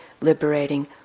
liberating